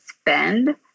spend